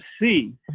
see